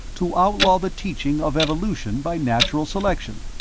to outlaw the teaching of evolution by natural selection.